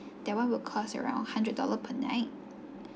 that one will cost around hundred dollar per night